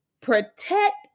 protect